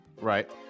Right